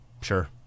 Sure